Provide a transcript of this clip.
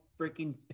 freaking